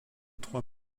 trois